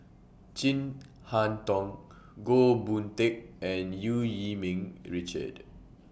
Chin Harn Tong Goh Boon Teck and EU Yee Ming Richard